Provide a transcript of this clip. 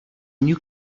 new